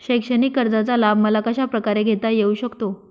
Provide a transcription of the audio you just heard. शैक्षणिक कर्जाचा लाभ मला कशाप्रकारे घेता येऊ शकतो?